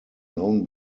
known